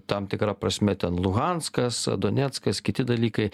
tam tikra prasme ten luhanskas doneckas kiti dalykai